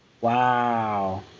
Wow